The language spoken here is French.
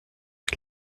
est